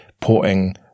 porting